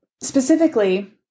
Specifically